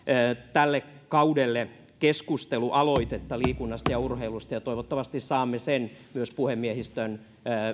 tälle kaudelle keskustelualoitetta liikunnasta ja urheilusta ja toivottavasti saamme sen myös puhemiehistön